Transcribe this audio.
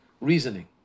reasoning